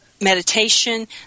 meditation